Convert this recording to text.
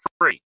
free